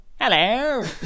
hello